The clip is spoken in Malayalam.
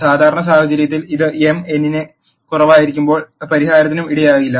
സാധാരണ സാഹചര്യത്തിൽ ഇത് m n ൽ കുറവായിരിക്കുമ്പോൾ ഒരു പരിഹാരത്തിനും ഇടയാക്കില്ല